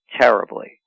terribly